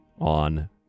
on